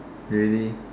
really